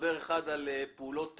נדבר על פעולות